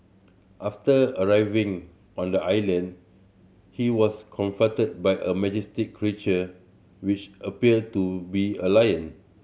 after arriving on the island he was confronted by a majestic creature which appeared to be a lion